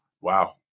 Wow